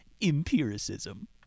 empiricism